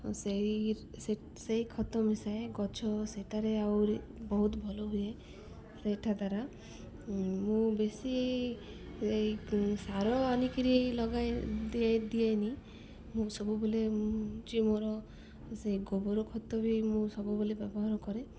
ସେଇ ସେଇ ଖତ ମିଶାଏ ଗଛ ସେଠାରେ ଆଉରି ବହୁତ ଭଲ ହୁଏ ସେଇଟା ଦ୍ୱାରା ମୁଁ ବେଶୀ ଏଇ ସାର ଆନିକିରି ଲଗାଇ ଦିଏ ଦିଏନି ମୁଁ ସବୁବେଲେ ହେଉଛି ମୋର ସେ ଗୋବର ଖତ ବି ମୁଁ ସବୁବେଲେ ବ୍ୟବହାର କରେ